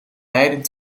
leiden